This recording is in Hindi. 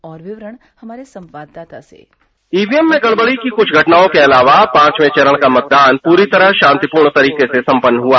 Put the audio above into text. और विवरण हमारे संवाददाता से ईवीएम में गड़बड़ी की कुछ घटनाओं के अलावा पांचवे चरण का मतदान पूरी तरह शांतिपूर्ण तरीके से संपन्न हुआ